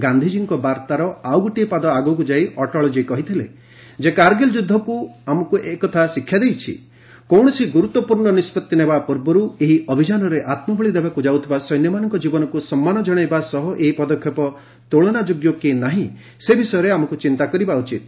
ଗାନ୍ଧିଜୀଙ୍କ ବାର୍ଭାର ଆଉ ଗୋଟିଏ ପାଦ ଆଗକୁ ଯାଇ ଅଟଳଜୀ କହିଥିଲେ କାର୍ଗିଲ୍ ଯୁଦ୍ଧ ଆମକୁ ଏକଥା ଶିକ୍ଷା ଦେଇଛି ଯେ କୌଣସି ଗୁରୁତ୍ୱପୂର୍ଣ୍ଣ ନିଷ୍ପତ୍ତି ନେବା ପୂର୍ବରୁ ଏହି ଅଭିଯାନରେ ଆତ୍ମବଳି ଦେବାକୁ ଯାଉଥିବା ସୈନ୍ୟମାନଙ୍କ ଜୀବନକ୍ର ସମ୍ମାନ ଜଣାଇବା ସହ ଏହି ପଦକ୍ଷେପ ତୂଳନାଯୋଗ୍ୟ କି ନାହିଁ ସେ ବିଷୟରେ ଆମକୁ ଚିନ୍ତା କରିବା ଉଚିତ